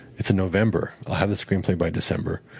it's november. i'll have the screenplay by december.